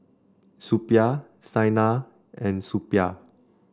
Suppiah Saina and Suppiah